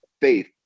faith